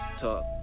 Talk